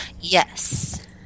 Yes